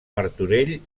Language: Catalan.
martorell